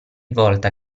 volta